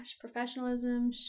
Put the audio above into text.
professionalism